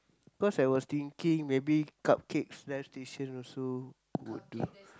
cause I was thinking maybe cupcakes live station also would do